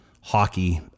hockey